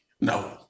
No